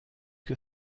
que